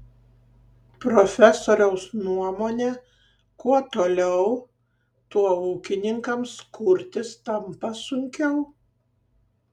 profesoriaus nuomone kuo toliau tuo ūkininkams kurtis tampa sunkiau